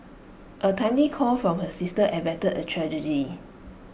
A timely call from her sister averted A tragedy